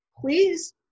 please